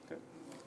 כן.